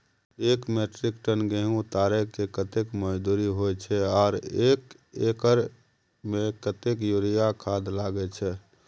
एक metric tonne गेहूं उतारेके कतेक मजदूरी होय छै आर एक एकर में कतेक यूरिया खाद लागे छै?